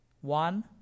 one